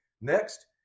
Next